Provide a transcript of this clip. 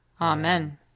Amen